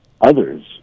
Others